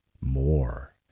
more